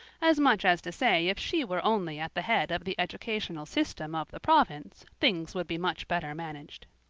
as much as to say if she were only at the head of the educational system of the province things would be much better managed.